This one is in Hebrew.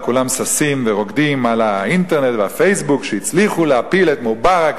וכולם ששים ורוקדים על האינטרנט וה"פייסבוק" שהצליחו להפיל את מובארק,